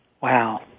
Wow